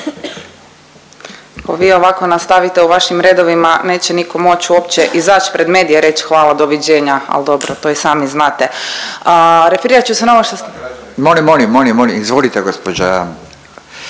Ako vi ovako nastavite u vašim redovima neće nitko moći uopće izaći pred medije, reći hvala, doviđenja. Ali dobro, to i sami znate. Referirat ću se na ovo što … …/Upadica sa strane, ne